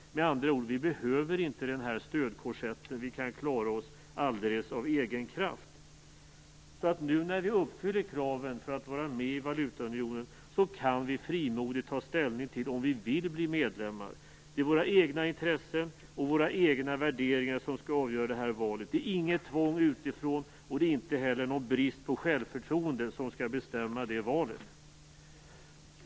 Med andra ord behöver vi inte stödkorsetten, utan vi kan klara oss av egen kraft. När vi nu uppfyller kraven för att var med i valutaunionen kan vi alltså frimodigt ta ställning till om vi vill bli medlemmar. Det är våra egna intressen och våra egna värderingar som skall avgöra det valet. Det är inte något tvång utifrån, och det är inte heller någon brist på självförtroende som skall bestämma det valet.